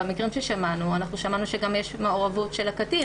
במקרים ששמענו גם יש מעורבות של הקטין,